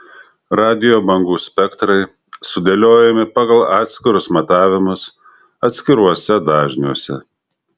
radijo bangų spektrai sudėliojami pagal atskirus matavimus atskiruose dažniuose